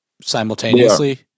simultaneously